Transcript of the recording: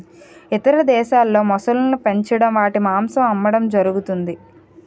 ఇతర దేశాల్లో మొసళ్ళను పెంచడం వాటి మాంసం అమ్మడం జరుగుతది